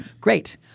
Great